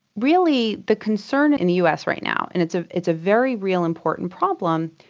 really the concern in the us right now, and it's ah it's a very real important problem,